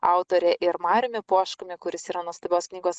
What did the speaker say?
autorė ir mariumi poškumi kuris yra nuostabios knygos